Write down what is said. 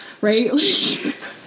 right